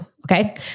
Okay